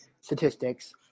statistics